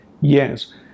Yes